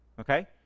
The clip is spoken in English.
Okay